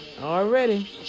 Already